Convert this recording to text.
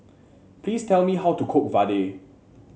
please tell me how to cook vadai